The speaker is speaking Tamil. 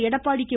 எடப்பாடி கே